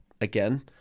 again